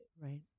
Right